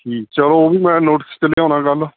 ਜੀ ਚਲੋ ਉਹ ਵੀ ਮੈਂ ਨੋਟਿਸ 'ਤੇ ਲਿਆਉਣਾ ਗੱਲ